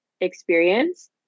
experience